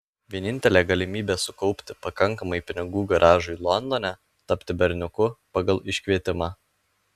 vienintelė galimybė sukaupti pakankamai pinigų garažui londone tapti berniuku pagal iškvietimą